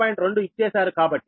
2 ఇచ్చేసారు కాబట్టి0